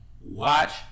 watch